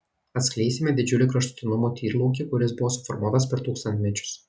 atskleisime didžiulį kraštutinumų tyrlaukį kuris buvo suformuotas per tūkstantmečius